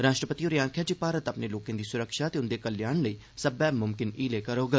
राष्ट्रपति होरें आखेआ जे भारत अपने लोकें दी सुरक्षा ते उंदे कल्याण लेई सब्बै मुमकिन हीले करोग